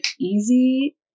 easy